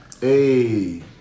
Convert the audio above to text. Hey